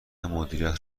مدیریت